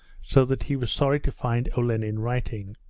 so that he was sorry to find olenin writing.